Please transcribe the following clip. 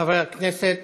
חבר הכנסת